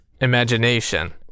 imagination